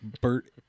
Bert